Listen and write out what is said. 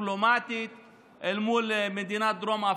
דיפלומטית אל מול מדינת דרום אפריקה.